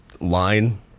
line